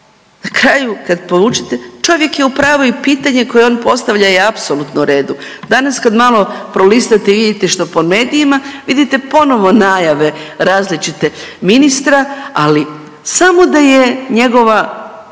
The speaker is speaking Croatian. zapravo kad polučite čovjek je u pravu i pitanje koje on postavlja je apsolutno u redu. Danas kad malo prolistate i vidite što po medijima vidite ponovo najave različite ministra, ali samo da je njegova